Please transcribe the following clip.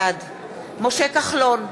בעד משה כחלון,